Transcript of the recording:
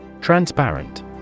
Transparent